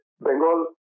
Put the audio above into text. Bengal